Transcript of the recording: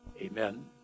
amen